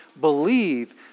believe